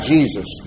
Jesus